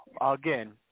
again